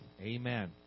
amen